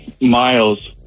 Miles